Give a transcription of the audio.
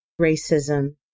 racism